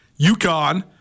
UConn